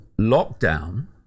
lockdown